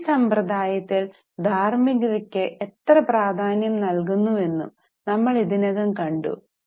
Indian സമ്പ്രദായത്തിൽ ധാർമ്മികതയ്ക്കു എത്ര പ്രാധാന്യം നൽകുന്നുവെന്നും നമ്മൾ ഇതിനകം കണ്ടു